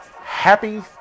happy